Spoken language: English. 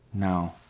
no.